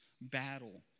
battle